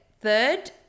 third